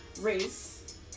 race